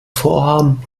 vorhaben